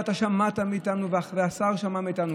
ואתה שמעת מאיתנו והשר שמע מאיתנו,